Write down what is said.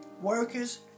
workers